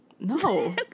no